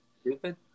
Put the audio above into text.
stupid